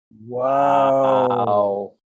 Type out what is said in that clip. Wow